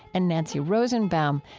and nancy rosenbaum.